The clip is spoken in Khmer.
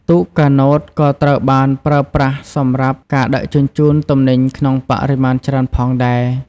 ទូកកាណូតក៏ត្រូវបានប្រើប្រាស់សម្រាប់ការដឹកជញ្ជូនទំនិញក្នុងបរិមាណច្រើនផងដែរ។